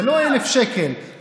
זה לא 1,000 שקל.